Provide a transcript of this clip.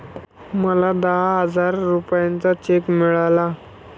मला दहा हजार रुपयांचा चेक मिळाला